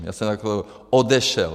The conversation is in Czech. Já jsem jako odešel.